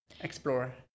explore